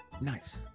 Nice